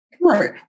Right